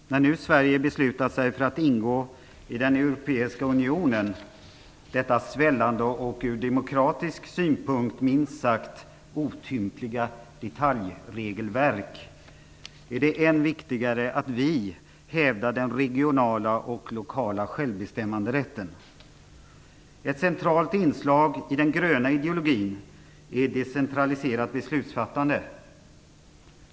Fru talman! När Sverige nu har beslutat sig för att ingå i den europeiska unionen - med detta svällande och ur demokratisk synpunkt minst sagt otympliga detaljregelverk - är det än viktigare att vi hävdar den regionala och lokala självbestämmanderätten. Ett centralt inslag i den gröna ideologin är decentraliserat beslutsfattande.